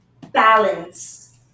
balance